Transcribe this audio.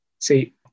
See